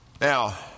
Now